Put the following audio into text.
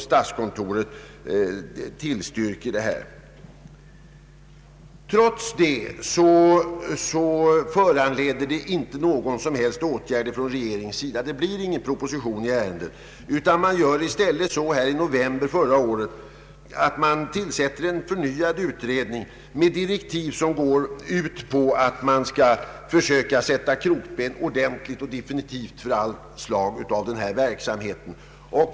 Statskontoret tillstyrkte alltså att man skulle tillåta dessa skrivbyråer att bedriva sin verksamhet, vilket emellertid inte föranledde någon som helst åtgärd från regeringens sida. Ingen proposition har lagts fram i ärendet, utan i november förra året tillsattes i stället en ny utredning med direktiv som går ut på att man skall försöka sätta krokben ordentligt och effektivt för all dylik verksamhet.